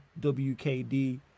WKD